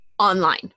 online